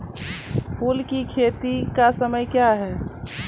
फुल की खेती का समय क्या हैं?